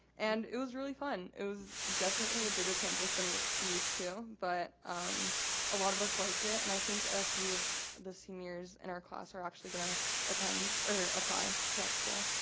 and it was really fun. it was definitely a bigger campus than we're used to, but a lot of us liked it. and i think a few of the seniors in our class are actually gonna attend, or apply to that school.